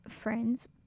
friends